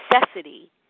necessity